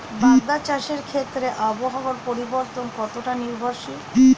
বাগদা চাষের ক্ষেত্রে আবহাওয়ার পরিবর্তন কতটা নির্ভরশীল?